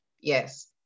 Yes